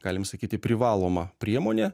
galim sakyti privaloma priemonė